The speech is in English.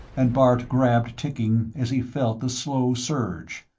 and bart grabbed ticking as he felt the slow surge.